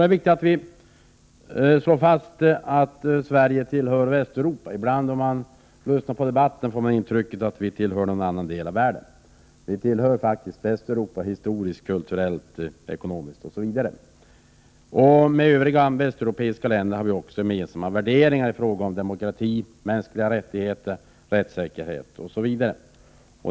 Det är viktigt att vi slår fast att Sverige tillhör Västeuropa. När man lyssnar till debatten, kan man ibland få intrycket av att vi tillhör någon annan del av världen. Sverige tillhör faktiskt Västeuropa historiskt, kulturellt och ekonomiskt. Vi har också gemensamma värderingar med övriga västeuropeiska länder i fråga om demokrati, mänskliga rättigheter, rättssäkerhet osv.